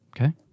okay